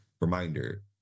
reminder